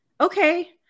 okay